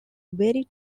very